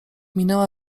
minęła